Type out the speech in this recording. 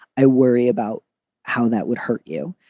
i worry about how that would hurt you.